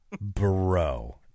bro